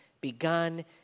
begun